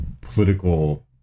political